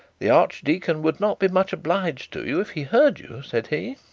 the archdeacon would not be much obliged to you if he heard you said he,